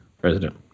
president